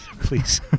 Please